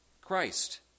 Christ